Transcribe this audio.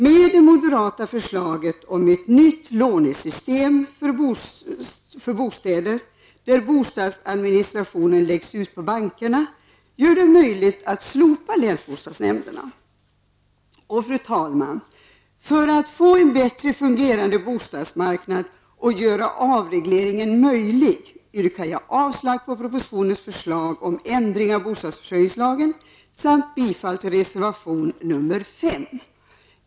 Med det moderata förslaget om ett nytt lånesystem för bostäder, där bostadsadministrationen läggs ut på bankerna, kan länsbostadsnämnderna slopas. Fru talman! För att vi skall få en bättre fungerande bostadsmarknad och för att göra avregleringen möjlig yrkar jag avslag på propositionens förslag om ändring av bostadsförsörjningslagen samt bifall till reservation nr 5.